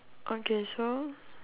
okay so